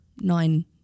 nine